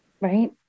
Right